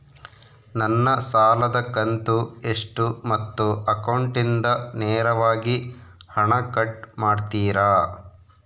ನನ್ನ ಸಾಲದ ಕಂತು ಎಷ್ಟು ಮತ್ತು ಅಕೌಂಟಿಂದ ನೇರವಾಗಿ ಹಣ ಕಟ್ ಮಾಡ್ತಿರಾ?